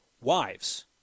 wives